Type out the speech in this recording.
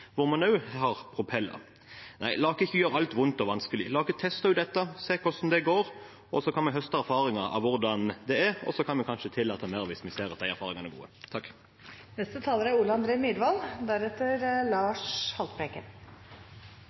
hvor man også har propeller? Nei, la oss ikke gjøre alt vondt og vanskelig. La oss teste ut dette og se hvordan det går, og så kan vi høste erfaringer og kanskje tillate mer bruk hvis vi ser at de erfaringene er gode. Takk til saksordføreren for godt samarbeid og godt arbeid – og et godt innlegg. Det er